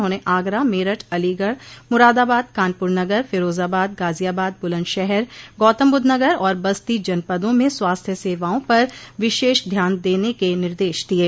उन्होंने आगरा मेरठ अलीगढ़ मुरादाबाद कानपुर नगर फिरोजाबाद गाजियाबाद बुलन्दशहर गौतमबुद्ध नगर और बस्ती जनपदों में स्वस्थ्य सेवाओं पर विशेष ध्यान देने के निर्देश दिये